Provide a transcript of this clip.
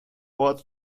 ort